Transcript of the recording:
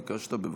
ביקשת, בבקשה.